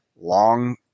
long